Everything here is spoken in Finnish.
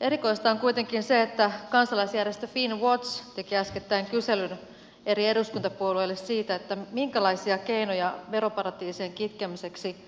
erikoista on kuitenkin se että kansalaisjärjestö finnwatch teki äskettäin kyselyn eri eduskuntapuolueille siitä minkälaisia keinoja veroparatiisien kitkemiseksi